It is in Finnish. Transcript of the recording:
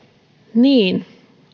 niin